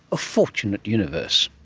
a fortunate universe.